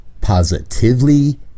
Positively